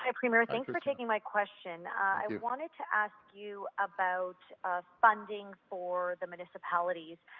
ah premier, thank you for taking my question. i wanted to ask you about funding for the minister polity.